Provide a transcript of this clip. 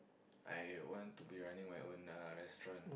I want to be running my own restaurant